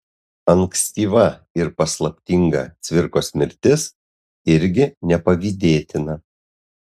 ankstyva ir paslaptinga cvirkos mirtis irgi nepavydėtina